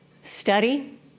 study